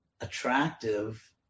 attractive